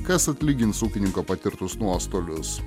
kas atlygins ūkininko patirtus nuostolius